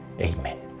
Amen